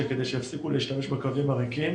כדי שיפסיקו להפעיל את הקווים הריקים.